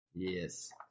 Yes